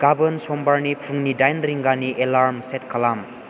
गाबोन समबारनि फुंनि दाइन रिंगानि एलार्म सेट खालाम